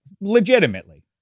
legitimately